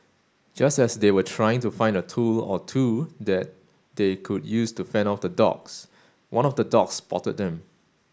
just as they were trying to find a tool or two that they could use to fend off the dogs one of the dogs spotted them